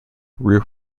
rear